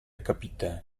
capitaine